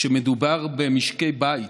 כשמדובר במשקי בית,